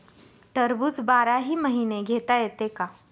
टरबूज बाराही महिने घेता येते का?